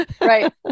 Right